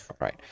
Right